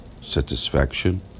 satisfaction